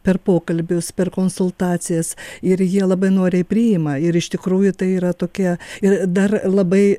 per pokalbius per konsultacijas ir jie labai noriai priima ir iš tikrųjų tai yra tokia ir dar labai